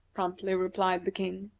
promptly replied the king.